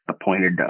appointed